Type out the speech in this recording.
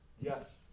Yes